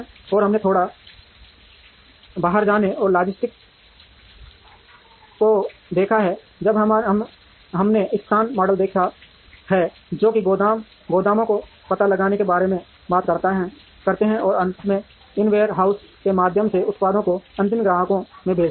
और हमने थोड़ा बाहर जाने वाले लॉजिस्टिक्स को देखा है जब हमने स्थान मॉडल देखे हैं जो कि गोदामों का पता लगाने के बारे में बात करते हैं और अंत में इन वेयर हाउसों के माध्यम से उत्पादों को अंतिम ग्राहकों में भेजते हैं